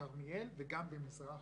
בכרמיאל וגם במזרח